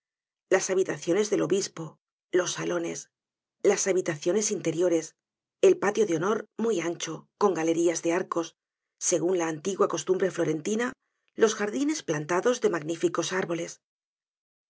las habitaciones del obispo los salones las habitaciones interiores el patio de honor muy ancho con galerías de arcos segun la antigua costumbre florentina los jardines plantados de magníficos árboles